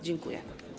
Dziękuję.